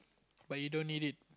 but you don't need it